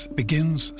begins